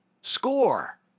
Score